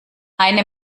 eine